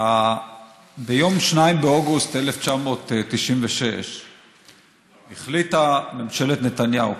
ביום 2 באוגוסט 1996 החליטה ממשלת נתניהו,